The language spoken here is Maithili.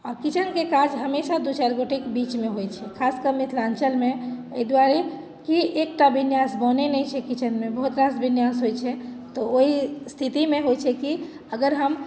आ किचनके काज हमेशा दू चारि गोटेके बीचमे होइत छै खास कऽ मिथिलाञ्चलमे एहि दुआरे कि एकटा विन्यास बनैत नहि छै किचेनमे बहुत रास विन्यास होइत छै तऽ ओहि स्थितिमे होइत छै कि अगर हम